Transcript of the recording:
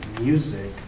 music